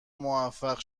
موفق